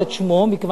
מכיוון שהוא לא בכנסת,